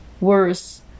Worse